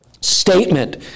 statement